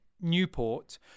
Newport